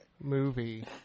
movie